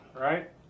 right